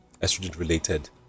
estrogen-related